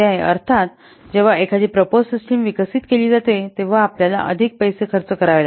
अर्थात जेव्हा एखादी प्रपोज सिस्टम विकसित केली जाते तेव्हा आपल्याला अधिक पैसे खर्च करावे लागतात